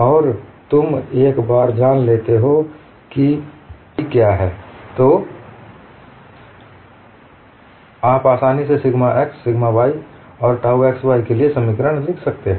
और तुम एक बार जान लेते हो कि फाइ क्या है तो आप आसानी से सिग्मा x सिग्मा y और टाउ xy के लिए समीकरण लिख सकते हैं